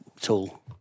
tool